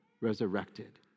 resurrected